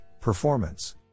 performance